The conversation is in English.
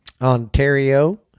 Ontario